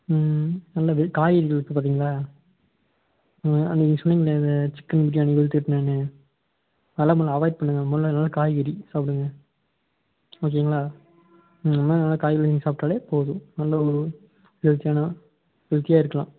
ம் நல்லது காய்கறிகள் இருக்கு பார்த்திங்களா ஆ நீங்கள் சொன்னீங்களே அது சிக்கன் பிரியாணி வெளுத்து கட்டுனேன்னு அதெலாம் முதல்ல அவாய்ட் பண்ணுங்கள் முதல்ல நல்ல காய்கறி சாப்பிடுங்க ஓகேங்களா இனிமே நல்லா காய்கறி நீங்கள் சாப்பிட்டாலே போதும் நல்ல ஒரு ஹெல்த்தியான ஹெல்த்தியாக இருக்கலாம்